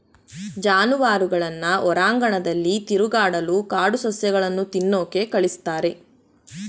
ಜಾನುವಾರುಗಳನ್ನ ಹೊರಾಂಗಣದಲ್ಲಿ ತಿರುಗಾಡಲು ಕಾಡು ಸಸ್ಯಗಳನ್ನು ತಿನ್ನೋಕೆ ಕಳಿಸ್ತಾರೆ